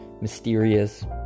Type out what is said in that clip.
mysterious